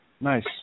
Nice